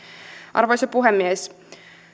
arvoisa puhemies